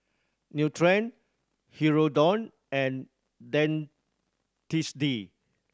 Nutren Hirudoid and Dentiste